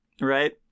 right